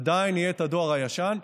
עדיין יהיה הדואר הישן.